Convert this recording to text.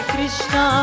Krishna